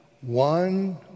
one